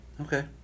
okay